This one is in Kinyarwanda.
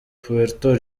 puerto